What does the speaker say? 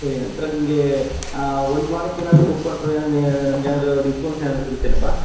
ಸರಿ ನಂತರ ನಿಮಗೆ ಒಂದು ವಾರಕ್ಕೆ ಏನಾದರೂ ಬುಕ್ ಮಾಡ್ಕೊಂಡು ನಮ್ಗೆ ಏನಾದ್ರು ಡಿಸ್ಕೌಂಟ್ಸ್ ಏನಾದ್ರು ಸಿಗುತ್ತೇನಪ್ಪ